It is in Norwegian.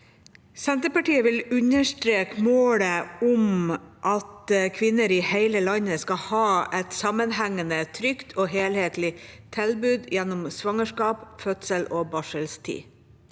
Senterpartiet vil un- derstreke målet om at kvinner i hele landet skal ha et sammenhengende, trygt og helhetlig tilbud gjennom svangerskap, fødsel og barseltid.